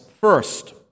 first